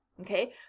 Okay